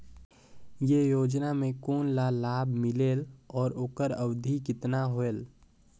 ये योजना मे कोन ला लाभ मिलेल और ओकर अवधी कतना होएल